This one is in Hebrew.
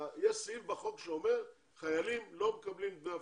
יש סעיף בחוק שאומר שחיילים לא מקבלים דמי אבטלה,